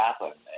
happen